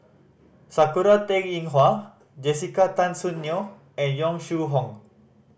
Sakura Teng Ying Hua Jessica Tan Soon Neo and Yong Shu Hoong